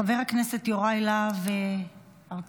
חבר הכנסת יוראי להב הרצנו,